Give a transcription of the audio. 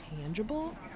tangible